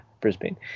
Brisbane